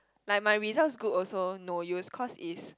like my results good also no use cause is